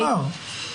מי אמר?